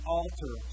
alter